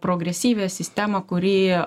progresyvią sistemą kuri